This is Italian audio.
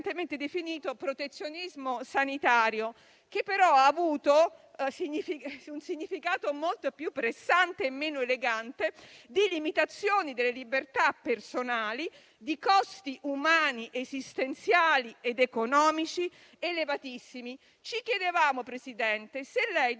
definito protezionismo sanitario, che però ha avuto il significato, molto più pressante e meno elegante, di limitazioni delle libertà personali, di costi umani, esistenziali ed economici elevatissimi. Ci chiedevamo, presidente Draghi,